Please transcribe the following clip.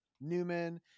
Newman